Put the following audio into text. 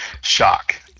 shock